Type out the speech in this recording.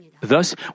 Thus